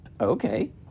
okay